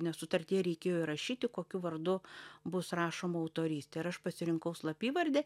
nes sutartyje reikėjo įrašyti kokiu vardu bus rašoma autorystė ir aš pasirinkau slapyvardį